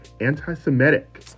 anti-Semitic